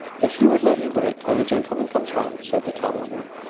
if you would let me wait till the gentleman comes home, said the tall woman.